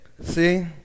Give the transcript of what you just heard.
See